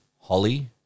Holly